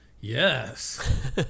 yes